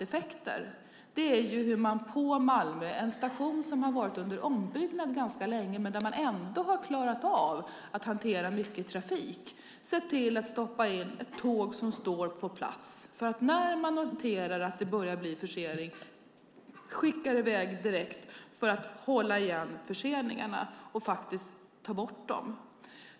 effekter är att man på Malmö station - en station som har varit under ombyggnad ganska länge men där man ändå har klarat av att hantera mycket trafik - ser till att stoppa in ett tåg som står på plats. När man sedan noterar att det börjar bli en försening skickar man i väg detta tåg direkt för att hålla igen förseningarna och ta bort dem.